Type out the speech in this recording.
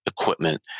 equipment